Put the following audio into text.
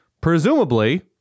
presumably